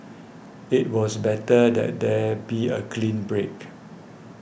it was better that there be a clean break